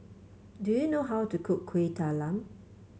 do you know how to cook Kueh Talam